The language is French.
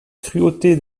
cruauté